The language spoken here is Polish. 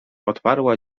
odparła